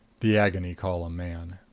the agony column man.